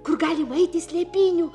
kur galim eiti slėpynių